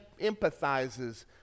empathizes